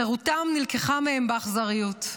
חירותם נלקחה מהם באכזריות,